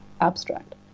abstract